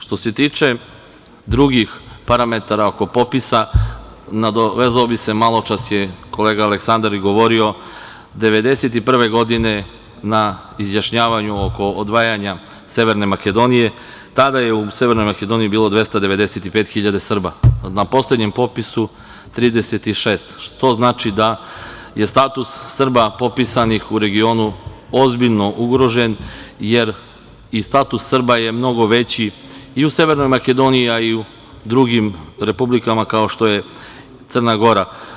Što se tiče drugih parametara oko popisa, nadovezao bih se, maločas je kolega Aleksandar i govorio, 1991. godine na izjašnjavanju oko odvajanja Severne Makedonije, tada je u Severnoj Makedoniji bilo 295.000 Srba, a na poslednjem popisu 36, što znači da je status Srba popisanih u regionu ozbiljno ugrožen, jer i status Srba je mnogo veći i u Severnoj Makedoniji, a i u drugim republikama, kao što je Crna Gora.